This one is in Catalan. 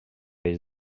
eix